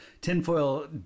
tinfoil